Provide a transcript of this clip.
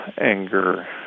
anger